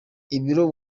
ibiro